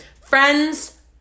Friends